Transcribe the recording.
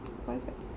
what's that